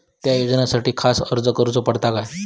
त्या योजनासाठी खास अर्ज करूचो पडता काय?